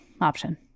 option